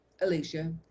Alicia